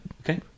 Okay